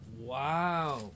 Wow